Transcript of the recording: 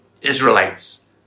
Israelites